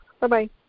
Bye-bye